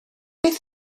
beth